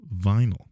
vinyl